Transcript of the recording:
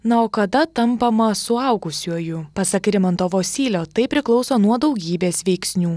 na o kada tampama suaugusiuoju pasak rimanto vosylio tai priklauso nuo daugybės veiksnių